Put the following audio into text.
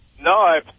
No